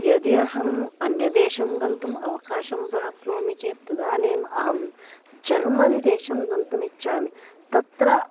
यदि अहम् अन्यदेशं गन्तुम् अवकाशं प्राप्नोमि चेत् तदानीम् अहं जर्मन् देशं गन्तुम् इच्छामि तत्र